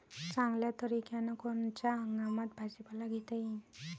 चांगल्या तरीक्यानं कोनच्या हंगामात भाजीपाला घेता येईन?